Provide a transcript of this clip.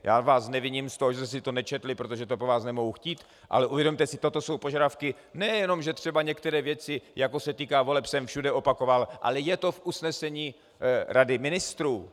Já vás neviním z toho, že jste si to nečetli, protože to po vás nemohu chtít, ale uvědomte si, toto jsou požadavky nejenom že některé věci, jako se týká voleb, jsem všude opakoval, ale je to v usnesení Rady ministrů.